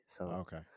Okay